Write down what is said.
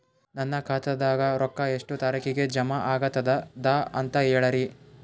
ನನ್ನ ಖಾತಾದಾಗ ರೊಕ್ಕ ಎಷ್ಟ ತಾರೀಖಿಗೆ ಜಮಾ ಆಗತದ ದ ಅಂತ ಹೇಳರಿ?